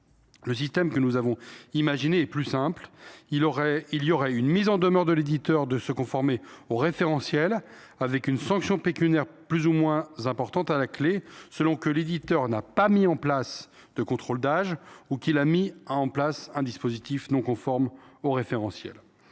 Le système que nous avons imaginé est plus simple : il y aurait une mise en demeure de l’éditeur de se conformer au référentiel avec une sanction pécuniaire plus ou moins importante à la clé selon que l’éditeur n’a mis en place aucun contrôle d’âge ou qu’il a mis en place un dispositif non conforme au référentiel.